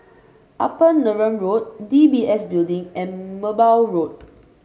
Upper Neram Road DBS Building and Merbau Road